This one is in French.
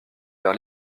vers